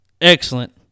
Excellent